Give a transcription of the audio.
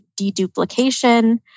deduplication